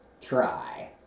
Try